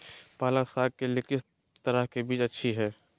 पालक साग के लिए किस तरह के बीज अच्छी है?